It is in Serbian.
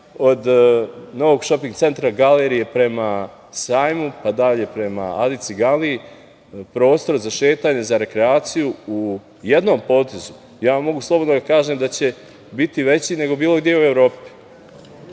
od novog šoping centra "Galerije" prema sajmu, pa dalje prema Adi ciganliji, prostor za šetanje, za rekreaciju, u jednom potezu, ja mogu slobodno da kažem da će biti veći nego bilo gde u Evropi.